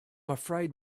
afraid